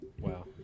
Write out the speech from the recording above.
Wow